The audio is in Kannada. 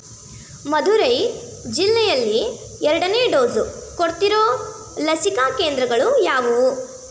ಮಧುರೈ ಜಿಲ್ಲೆಯಲ್ಲಿ ಎರಡನೇ ಡೋಸು ಕೊಡ್ತಿರೋ ಲಸಿಕಾ ಕೇಂದ್ರಗಳು ಯಾವುವು